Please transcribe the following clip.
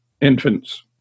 infants